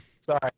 Sorry